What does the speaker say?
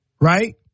Right